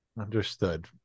Understood